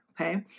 okay